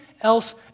else